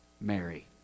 Mary